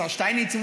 לשר שטייניץ,